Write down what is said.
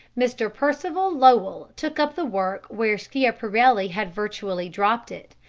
mr percival lowell took up the work where schiaparelli had virtually dropped it,